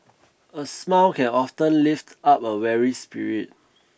a smile can often lift up a weary spirit